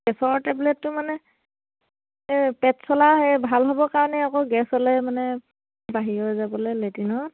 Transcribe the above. গেছৰ টেবলেটটো মানে এই পেট চলা সেই ভাল হ'ব কাৰণে আকৌ গেছ হ'লে মানে বাহিৰ হৈ যাবলৈ লেটিনৰ